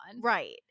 Right